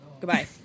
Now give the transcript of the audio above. goodbye